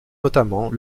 notamment